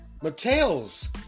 Mattel's